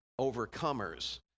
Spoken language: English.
Overcomers